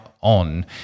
on